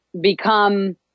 become